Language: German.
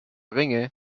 ringe